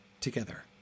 together